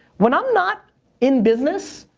when i'm not in business,